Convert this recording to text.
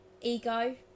ego